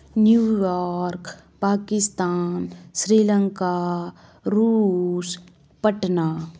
new York Pakistan Sri Lanka रूस पटना